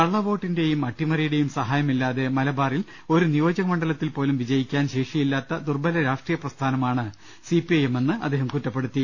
കള്ളവോട്ടിന്റെയും അട്ടിമറിയുടെയും സഹാ യമില്ലാതെ മലബാറിൽ ഒരു നിയോജകമണ്ഡലത്തിൽപോലും വിജയിക്കാൻ ശേഷി യില്ലാത്ത ദുർബല രാഷ്ട്രീയപ്രസ്ഥാനമാണ് സി പി ഐ എമ്മെന്ന് അദ്ദേഹം കുറ്റ പ്പെടുത്തി